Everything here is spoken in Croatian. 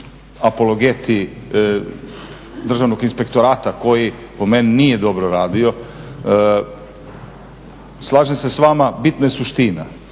apologeti Državnog inspektorata koje po meni nije dobro radio. Slažem se s vama bitna je suština,